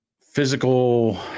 physical